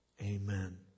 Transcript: Amen